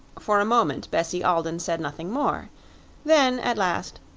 for a moment bessie alden said nothing more then, at last,